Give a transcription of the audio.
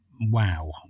wow